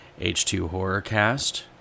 H2HorrorCast